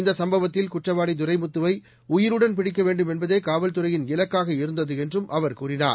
இந்த சம்பவத்தில் குற்றவாளி துரைமுத்துவை உயிருடன் பிடிக்க வேண்டும் என்பதே காவல்துறையின் இலக்காக இருந்தது என்றும் அவர் கூறினார்